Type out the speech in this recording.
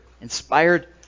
Inspired